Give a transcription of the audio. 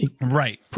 Right